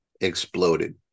exploded